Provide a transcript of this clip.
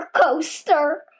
coaster